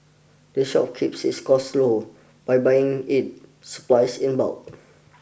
the shop keeps its costs low by buying its supplies in bulk